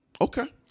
Okay